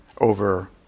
over